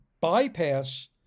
bypass